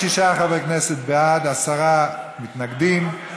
46 חברי כנסת בעד, עשרה מתנגדים,